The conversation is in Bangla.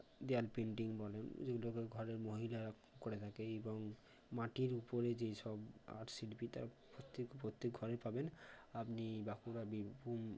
দেওয়াল পেন্টিং বলে যেগুলোকে ঘরের মহিলারা করে থাকে এবং মাটির উপরে যেই সব আর্ট শিল্পী তার প্রত্যেক প্রত্যেক ঘরে পাবেন আপনি বাঁকুড়া বীরভূম